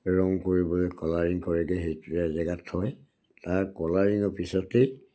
ৰং কৰিবলৈ কলাৰিং কৰে সেইটো জেগাত থয় তাৰ কলাৰিঙৰ পিছতেই